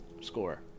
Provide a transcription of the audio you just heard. score